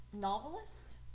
novelist